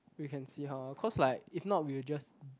we can see how lor cause like if not we will just